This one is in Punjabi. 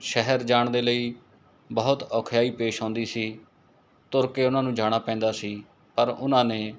ਸ਼ਹਿਰ ਜਾਣ ਦੇ ਲਈ ਬਹੁਤ ਔਖਿਆਈ ਪੇਸ਼ ਆਉਂਦੀ ਸੀ ਤੁਰ ਕੇ ਉਹਨਾਂ ਨੂੰ ਜਾਣਾ ਪੈਂਦਾ ਸੀ ਪਰ ਉਹਨਾਂ ਨੇ